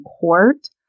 court